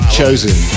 Chosen